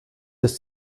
bis